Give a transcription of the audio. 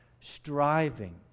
Striving